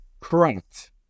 Correct